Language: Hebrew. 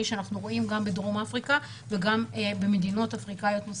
שאנחנו רואים בדרום אפריקה וגם במדינות אפריקאיות נוספות,